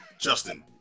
Justin